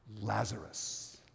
Lazarus